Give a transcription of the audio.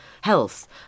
health